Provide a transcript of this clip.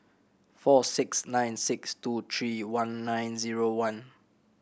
four six nine six two three one nine zero one